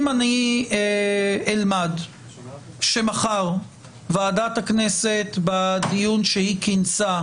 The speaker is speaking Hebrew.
אם אני אלמד שמחר ועדת הכנסת בדיון שהיא כינסה,